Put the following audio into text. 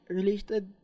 related